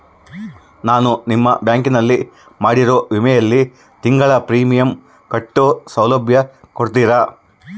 ನಾನು ನಿಮ್ಮ ಬ್ಯಾಂಕಿನಲ್ಲಿ ಮಾಡಿರೋ ವಿಮೆಯಲ್ಲಿ ತಿಂಗಳ ಪ್ರೇಮಿಯಂ ಕಟ್ಟೋ ಸೌಲಭ್ಯ ಕೊಡ್ತೇರಾ?